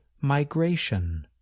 migration